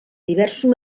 diversos